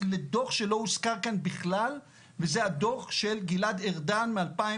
לדוח שלא הוזכר כאן בכלל וזה הדו"ח של גלעד ארדן מ-2019.